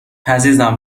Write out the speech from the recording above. عزیزم